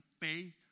faith